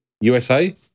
USA